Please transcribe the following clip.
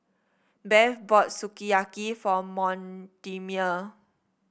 Bev bought Sukiyaki for Mortimer